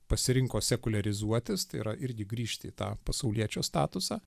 pasirinko sekuliarizuotis tai yra irgi grįžti į tą pasauliečio statusą